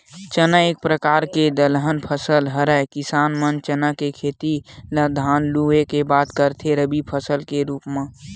चना एक परकार के दलहन फसल हरय किसान मन चना के खेती ल धान लुए के बाद करथे रबि फसल के रुप म